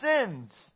sins